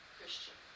Christian